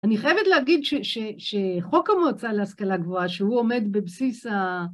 אני חייבת להגיד שחוק המועצה להשכלה גבוהה שהוא עומד בבסיס ה...